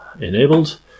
enabled